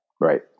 Right